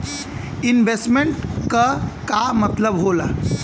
Investment क का मतलब हो ला?